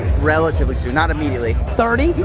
relatively soon, not immediately thirty?